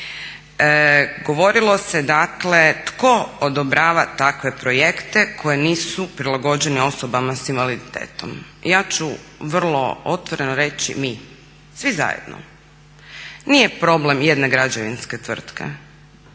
Govorilo se dakle tko odobrava takve projekte koje nisu prilagođene osobama sa invaliditetom. Ja ću vrlo otvoreno reći mi. Svi zajedno. Nije problem jedne građevinske tvrtke,